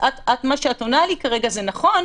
מה שאת עונה לי כרגע זה נכון,